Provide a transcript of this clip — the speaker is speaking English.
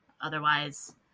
otherwise